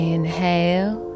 Inhale